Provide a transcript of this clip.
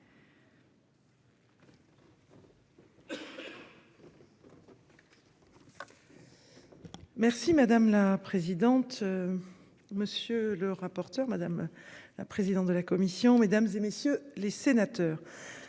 Merci madame la présidente. Monsieur le rapporteur, madame la présidente de la commission mesdames et messieurs les sénateurs.